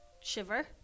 shiver